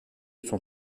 son